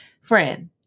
Friend